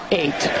eight